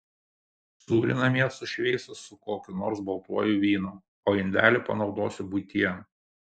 sūrį namie sušveisiu su kokiu nors baltuoju vynu o indelį panaudosiu buityje